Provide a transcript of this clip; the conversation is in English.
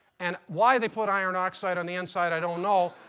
and why they put iron oxide on the inside i don't know,